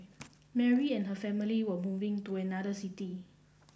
Mary and her family were moving to another city